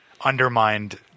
undermined